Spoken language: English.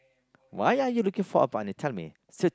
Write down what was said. why are you looking for a partner tell me straight